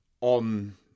on